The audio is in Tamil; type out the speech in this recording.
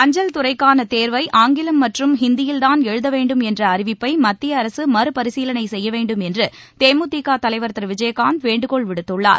அஞ்சல் துறைக்கான தேர்வை ஆங்கிலம் மற்றும் ஹிந்தியில்தான் எழுத வேண்டும் என்ற அறிவிப்பை மத்திய அரசு மறுபரிசீலனை செய்ய வேண்டும் என்று தேமுதிக தலைவர் திரு விஜயகாந்த் வேண்டுகோள் விடுத்துள்ளார்